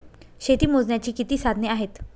शेती मोजण्याची किती साधने आहेत?